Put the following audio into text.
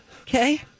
okay